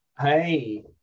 Hey